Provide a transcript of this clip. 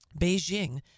Beijing